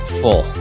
full